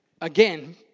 Again